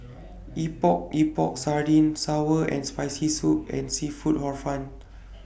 Epok Epok Sardin Sour and Spicy Soup and Seafood Hor Fun